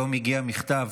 היום הגיע מכתב